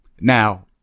Now